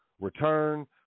return